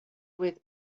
with